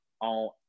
on